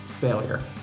failure